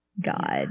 God